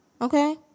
Okay